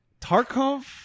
Tarkov